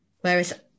Whereas